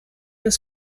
das